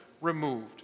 removed